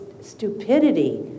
stupidity